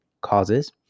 causes